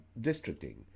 districting